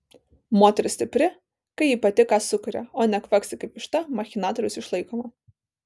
moteris stipri kai ji pati ką sukuria o ne kvaksi kaip višta machinatoriaus išlaikoma